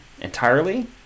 entirely